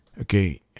Okay